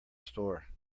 store